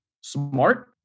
smart